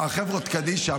החברות קדישא,